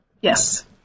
Yes